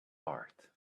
art